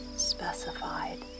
specified